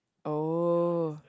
oh